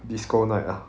disco night ah